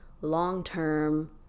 long-term